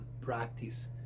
practice